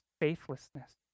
faithlessness